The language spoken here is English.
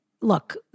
look